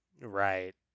Right